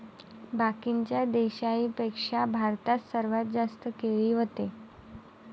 बाकीच्या देशाइंपेक्षा भारतात सर्वात जास्त केळी व्हते